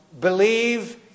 believe